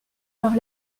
heure